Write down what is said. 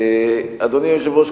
אדוני היושב-ראש,